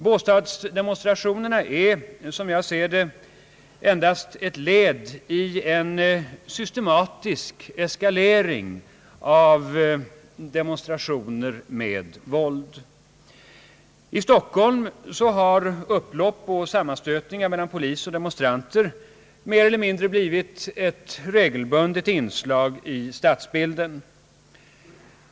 Båstadsdemonstrationerna är, som jag ser det, endast ett led i en systematisk eskalering av demonstrationer med våld. I Stockholm har upplopp och sammanstötningar mellan polis och demonstranter mer eller mindre blivit ett regelbundet inslag i stadsbilden.